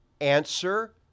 Answer